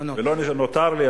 ולא נותר לי,